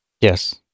Yes